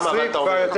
למה אתה אומר את זה?